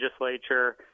legislature